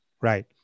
Right